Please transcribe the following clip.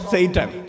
Satan